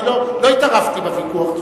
אני לא התערבתי בוויכוח.